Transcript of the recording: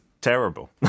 terrible